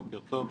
בוקר טוב,